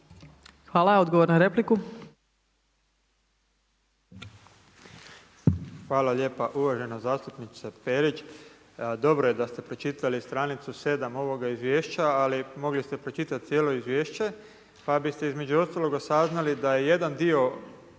Branimir (Živi zid)** Hvala lijepa uvažena zastupnice Perić, dobro da ste pročitali stranicu 7 ovoga izvješća, ali mogli ste pročitati cijelo izvješće pa biste između ostaloga saznali da je jedan dio